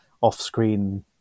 off-screen